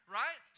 right